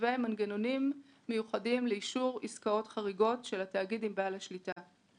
מנגנונים מיוחדים לאישור עסקאות חריגות של התאגיד עם בעל השליטה,